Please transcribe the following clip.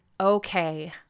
okay